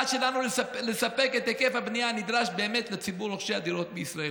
שלנו לספק את היקף הבנייה הנדרש באמת לציבור רוכשי הדירות בישראל